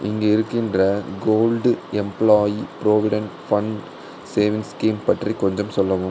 இங்கு இருக்கின்ற gold employee provident fund savings scheme பற்றி சொல்லவும்